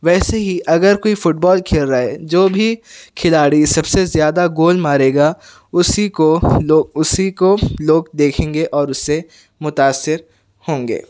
ویسے ہی اگر کوئی فٹ بول کھیل رہا ہے جو بھی کھلاڑی سب سے زیادہ گول مارے گا اُسی کو لو اُسی کو لوگ دیکھیں گے اور اُس سے متاثر ہوں گے